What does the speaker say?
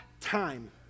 time